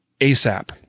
ASAP